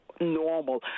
normal